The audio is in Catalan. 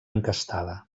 encastada